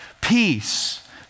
peace